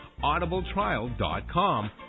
audibletrial.com